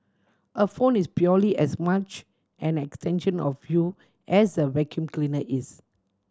a phone is purely as much an extension of you as a vacuum cleaner is